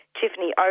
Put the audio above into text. Tiffany